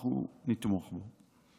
אנחנו נתמוך בו.